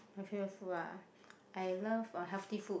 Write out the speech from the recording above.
healthier food ah I love uh healthy food